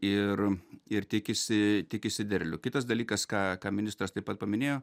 ir ir tikisi tikisi derlių kitas dalykas ką ką ministras taip pat paminėjo